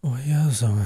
o jėzau